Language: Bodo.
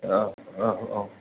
औ औ औ